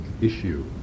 issue